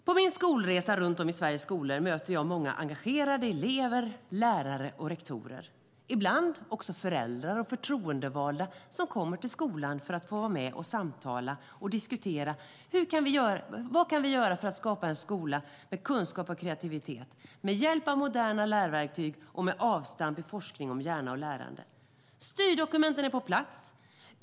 På min skolresa runt om i Sveriges skolor möter jag många engagerade elever, lärare och rektorer och ibland också föräldrar och förtroendevalda som kommer till skolan för att få vara med och samtala och diskutera vad vi kan göra för att skapa en skola med kunskap och kreativitet med hjälp av moderna lärverktyg och med avstamp i forskning om hjärna och lärande. Styrdokumenten är på plats.